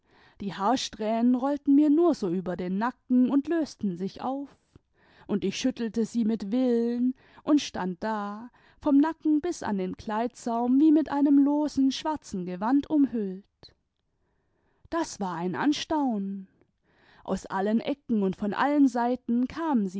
die haarsträhnen rollten mir nur so über den nacken und lösten sich auf und ich schüttelte sie mit willen tmd stand da vom nacken bis falscher zopf an den kleidsaum wie mit einem losen schwarzen gewand umhüllt das war ein anstaxmen aus allen ecken und von allen seiten kamen